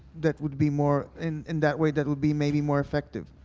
that would be more, in in that way that would be maybe more effective?